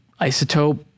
isotope